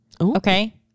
Okay